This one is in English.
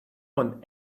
want